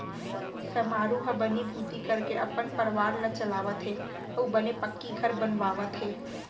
समारू ह बनीभूती करके अपन परवार ल चलावत हे अउ बने पक्की घर बनवावत हे